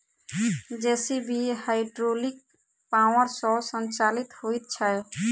JCB hydraulic power सॅ संचालित होइत छै